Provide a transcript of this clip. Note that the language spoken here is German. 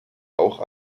auch